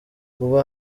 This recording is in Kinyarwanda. vuba